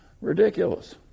ridiculous